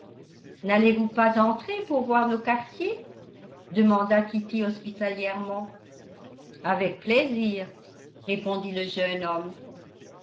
n'allez-vous pas entrer pour voir nos quartiers demanda kitty hospitalièrement avec plaisir répondit le jeune homme